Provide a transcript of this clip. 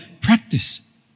practice